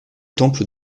temple